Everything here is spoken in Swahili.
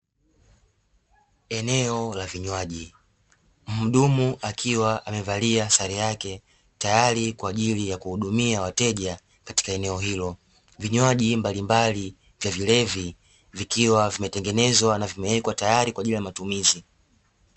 Eneo la vinywaji: Mhudumu akiwa amevalia sare yake tayari kwa ajili ya kuhudumia wateja katika eneo hilo, vinywaji mbalimbali vya vilevi vikiwa vimetengenezwa na vimewekwa tayari kwa ajili ya matumizi.